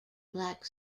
black